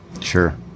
Sure